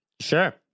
Sure